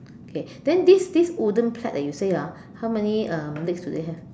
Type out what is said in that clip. okay then this this wooden plat that you say ah how many um legs do they have